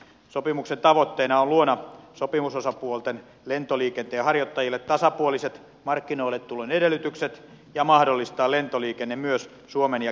sopimuksen tavoitteena on luoda sopimusosapuolten lentoliikenteenharjoittajille tasapuoliset markkinoilletulon edellytykset ja mahdollistaa lentoliikenne myös suomen ja georgian välillä